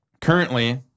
currently